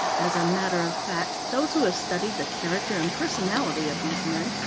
as a matter of fact, those who have studied the character and personality of these men,